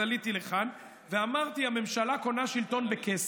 עליתי לכאן ואמרתי: הממשלה קונה שלטון בכסף.